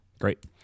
great